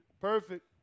Perfect